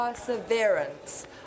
Perseverance